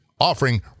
offering